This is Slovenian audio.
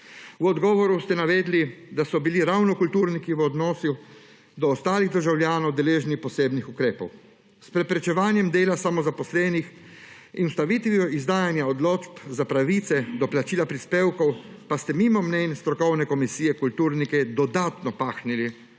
V odgovoru ste navedli, da so bili ravno kulturniki v odnosu do ostalih državljanov deležni posebnih ukrepov. S preprečevanjem dela samozaposlenih in ustavitvijo izdajanja odločb za pravice do plačila prispevkov pa ste mimo mnenj strokovne komisije kulturnike dodatno pahnili